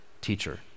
teacher